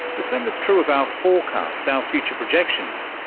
the same is true of our forecasts, our future projections.